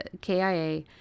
kia